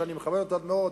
שאני מכבד אותו עד מאוד,